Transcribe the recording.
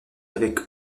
avec